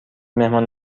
مهمان